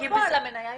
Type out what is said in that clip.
המניה ירדה.